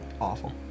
awful